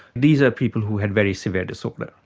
these are people who had very severe disorder.